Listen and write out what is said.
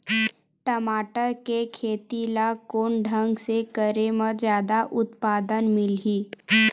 टमाटर के खेती ला कोन ढंग से करे म जादा उत्पादन मिलही?